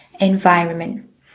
environment